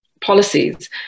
policies